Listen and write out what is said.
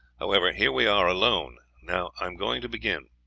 however, here we are alone. now i am going to begin.